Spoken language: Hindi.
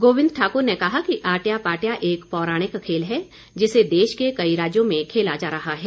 गोविंद ठाकुर ने कहा कि आट्या पाट्या एक पौराणिक खेल है जिसे देश के कई राज्यों में खेला जा रहा है